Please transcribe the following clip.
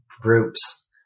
groups